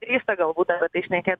drįsta galbūt apie tai šnekėt